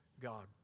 God